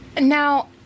Now